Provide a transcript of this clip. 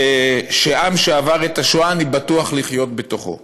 עם שעבר את השואה, אני בטוח לחיות בתוכו.